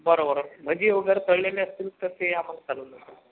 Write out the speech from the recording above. बरं बरं भजी वगैरे तळलेले असतील तर ते आम्हाला चालून जातील